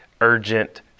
urgent